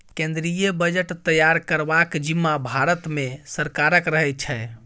केंद्रीय बजट तैयार करबाक जिम्माँ भारते सरकारक रहै छै